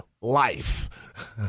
life